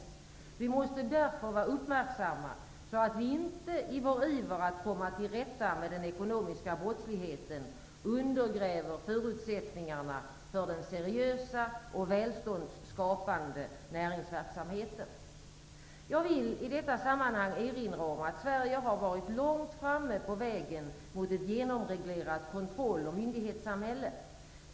Vi måste därför vara uppmärksamma så att vi inte i vår iver att komma tillrätta med den ekonomiska brottsligheten undergräver förutsättningarna för den seriösa och välståndsskapande näringsverksamheten. Jag vill i detta sammanhang erinra om att Sverige har varit lågt framme på vägen mot ett genomreglerat kontroll och myndighetssamhälle.